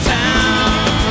town